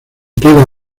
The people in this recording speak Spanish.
queda